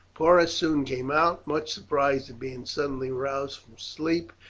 porus soon came out, much surprised at being suddenly roused from sleep,